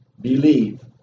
Believe